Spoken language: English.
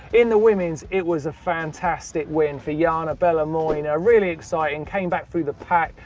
in the women's, it was a fantastic win for yana belomoina. really exciting, came back through the pack.